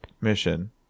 Mission